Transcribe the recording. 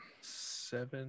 seven